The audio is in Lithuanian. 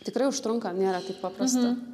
tikrai užtrunka nėra taip paprasta